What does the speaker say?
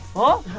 huh?